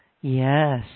Yes